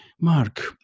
Mark